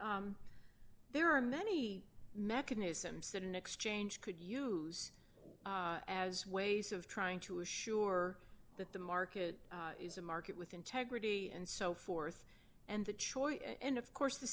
there are many mechanisms that in exchange could use as ways of trying to assure that the market is a market with integrity and so forth and that choice and of course the